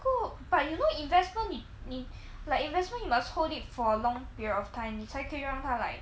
cool but you know investment 你你 like investment you must hold it for a long period of time 你才可以让它 like